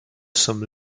some